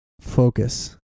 focus